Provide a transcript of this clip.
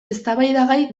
eztabaidagai